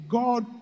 god